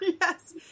Yes